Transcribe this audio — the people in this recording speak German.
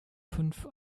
fünf